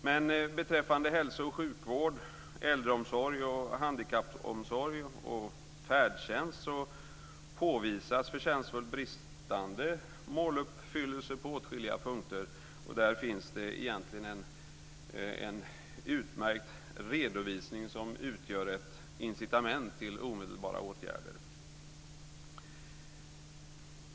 Men beträffande hälso och sjukvård, äldreomsorg, handikappomsorg och färdtjänst påvisas förtjänstfullt bristande måluppfyllelse på åtskilliga punkter. Och där finns det egentligen en utmärkt redovisning som utgör ett incitament till omedelbara åtgärder.